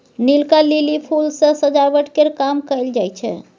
नीलका lily फुल सँ सजावट केर काम कएल जाई छै